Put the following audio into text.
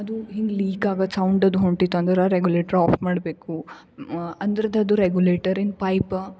ಅದು ಹಿಂಗೆ ಲೀಕ್ ಆಗೋದ್ ಸೌಂಡದು ಹೊಂಟಿತು ಅಂದ್ರೆ ರೆಗ್ಯುಲೇಟ್ರ್ ಆಫ್ ಮಾಡಬೇಕು ಮಾ ಅಂದ್ರದದು ರೆಗ್ಯುಲೇಟರ್ ಇನ್ ಪೈಪ